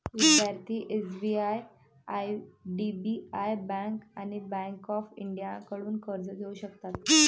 विद्यार्थी SBI IDBI bank आणि bank of इंडियाकडून कर्ज घेऊ शकतात